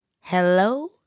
Hello